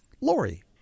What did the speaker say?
Lori